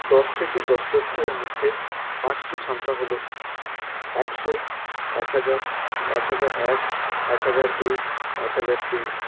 দশ থেকে দশ লক্ষ এর মধ্যে পাঁচটি সংখ্যা হলো একশো এক হাজার এক হাজার এক এক হাজার দুই এক হাজার তিন